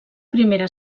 primera